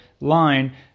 line